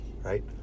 right